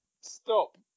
Stop